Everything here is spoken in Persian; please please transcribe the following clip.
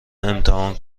امتحان